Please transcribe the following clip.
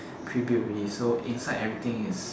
pre built already so inside everything is